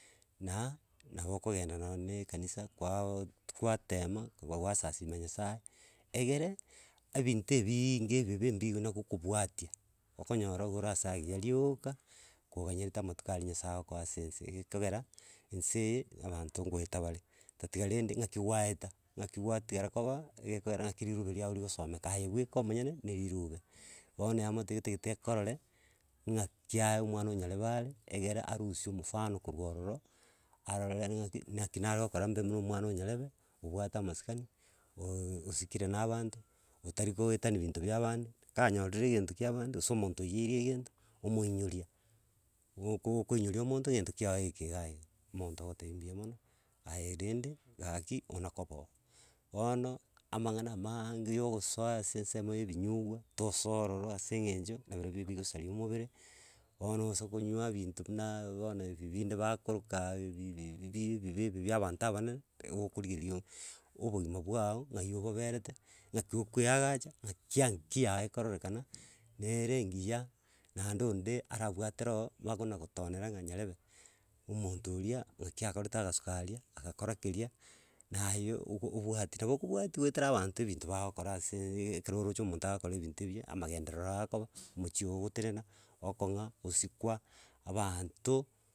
Na, nabo okogenda noone ekanisa kwaooot kwatema, koba gwasasima nyasaye, egere ebintoooo ebinge ebibe mbina gokobwatia okonyora ore ase agiya rioka koganyerete amatuko aria nyasaye agokoa ase ense, egekogera ense eye, abanto goeta bare, ototaiga rende, ng'aki gwaeta, ng'aki gwatigara koba, egekogera ng'aki rirube riago rigosomeka, aye bweka omonyene na erirube. Bono eamate etagete ekorore ng'aki aye omwana onyarebe are, egera arusie omofano korwa ororo, arorere naende ng'aki naki nare gokora imbe buna omwana onyarebe obwate amasikani oooosikire na abanto otari goetani binto bia abande, ka anyorire egento kiabande, gose omonto oiyeire egento, omoinyoria gokooo okoinyoria omonto gento kiago eke iga iga. Omonto ogotebia mbuyamono, aye rende, gaki ona koba oo. Bono amang'ana amange ya ogosoa ase ensemo ya ebinyugwa, tosoa ororo ase eng'encho nabirobio bigosaria omobere, bono osakonywa binto bunaaaa bono ebi binde bakorokaaaa ebi bi bi bi bibia abanto abanene, gokorigerio obogima bwago ng'ai oboberete ng'aki okoeagacha, ng'aki ankia yago ekororekana, nere engiya naende onde arabwatera oo magonagotonera ng'a nyarebe, omonto oria ng'aki akorete agasuka aria, agakora keria, naye ogo obwati nabo okobwatia goetera abanto ebinto bagokora aseeee ekero oroche omonto agokora ebinto ebiya amagenderero akoba omochioo oo ogtenena, okong'a osikwa, abanto.